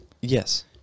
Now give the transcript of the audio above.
Yes